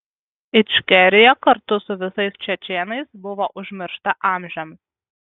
ičkerija kartu su visais čečėnais buvo užmiršta amžiams